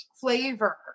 flavor